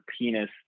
penis